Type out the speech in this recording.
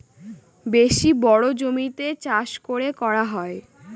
বেশি বড়ো জমিতে চাষ করে করা হয়